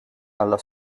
alla